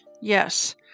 Yes